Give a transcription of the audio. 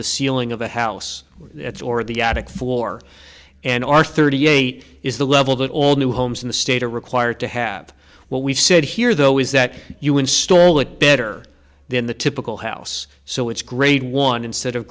the ceiling of the house or the attic floor and our thirty eight is the level that all new homes in the state are required to have what we've said here though is that you install it better than the typical house so it's grade one instead of